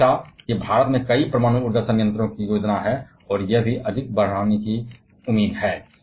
और जैसा कि भारत में कई परमाणु ऊर्जा संयंत्रों की योजना है यह और भी अधिक बढ़ने की उम्मीद है